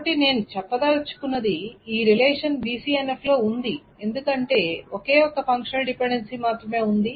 కాబట్టి నేను చెప్పదలచుకున్నది ఈ రిలేషన్ BCNF లో ఉంది ఎందుకంటే ఒకే ఒక ఫంక్షనల్ డిపెండెన్సీ మాత్రమే ఉంది